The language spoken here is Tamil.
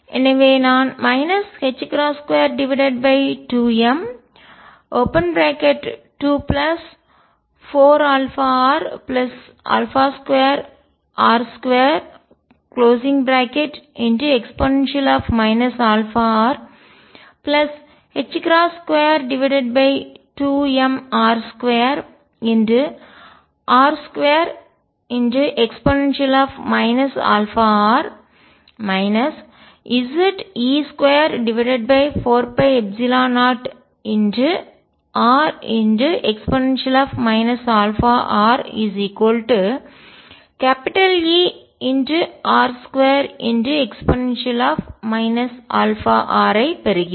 எனவே நான் 22m24αr2r2e αr222mr2r2e αr Ze24π0re αrEr2e αr ஐப் பெறுகிறேன்